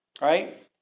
Right